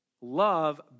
Love